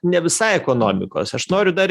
ne visai ekonomikos aš noriu dar